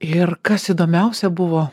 ir kas įdomiausia buvo